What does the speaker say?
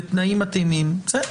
בתנאים מתאימים - בסדר.